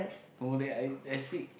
no leh I I speak